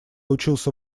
учился